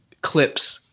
clips